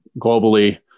globally